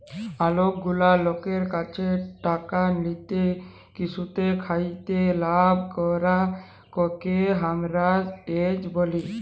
অলেক গুলা লকদের ক্যাছে টাকা লিয়ে কিসুতে খাটিয়ে লাভ করাককে হামরা হেজ ব্যলি